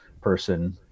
person